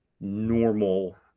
normal